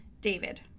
David